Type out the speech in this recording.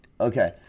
Okay